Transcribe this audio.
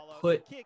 put